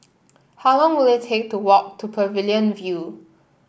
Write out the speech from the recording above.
how long will it take to walk to Pavilion View